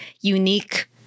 unique